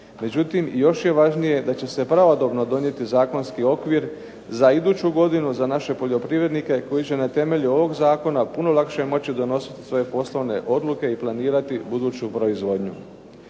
Međutim, još je važnije da će se pravodobno donijeti zakonski okvir za iduću godinu za naše poljoprivrednike koji će na temelju ovog Zakona puno lakše moći donositi poslovne odluke i planirati buduću proizvodnju.